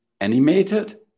animated